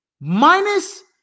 Minus